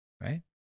right